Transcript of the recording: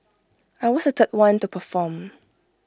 I was the third one to perform